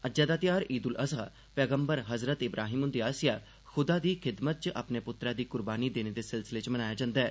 अज्जै दा त्यार ईद उल अज़हा पैगमर हज़रत इब्राहिम हुंदे आसेआ खुदा दी खिदमत च अपने पुत्तरै दी कुर्बानी देने दे सिलसिले च मनाया जंदा ऐ